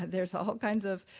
there's all kinds of